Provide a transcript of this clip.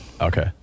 Okay